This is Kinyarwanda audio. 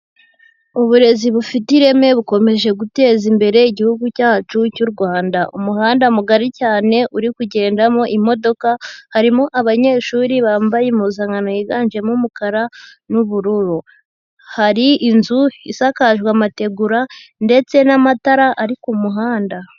Uburezi bufite ireme bukomeje guteza imbere igihugu cyacu cy'u Rwanda. Umuhanda mugari cyane uri kugendamo imodoka, harimo abanyeshuri bambaye impuzankano yiganjemo umukara n'ubururu. Hari inzu isakajwe amategura ndetse n'amatara ari ku muhanda.